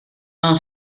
non